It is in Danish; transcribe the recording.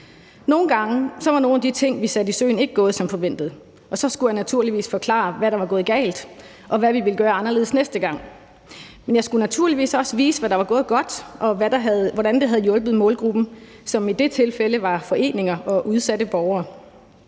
Nogle gange var nogle af de ting, vi satte i søen, ikke gået som forventet, og så skulle jeg naturligvis forklare, hvad der var gået galt, og hvad vi ville gøre anderledes næste gang. Men jeg skulle naturligvis også vise, hvad der var gået godt, og hvordan det havde hjulpet målgruppen, som i det tilfælde var foreninger og udsatte borgere.